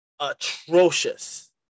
atrocious